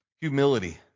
Humility